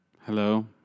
Hello